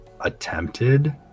attempted